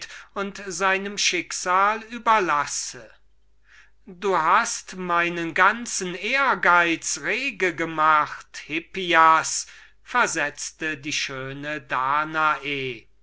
und seinem schicksal überlasse du hast meinen ganzen ehrgeiz rege gemacht hippias versetzte die schöne danae